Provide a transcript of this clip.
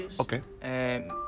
okay